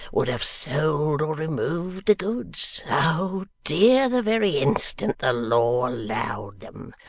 would have sold or removed the goods oh dear, the very instant the law allowed em.